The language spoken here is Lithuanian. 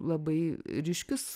labai ryškius